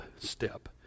step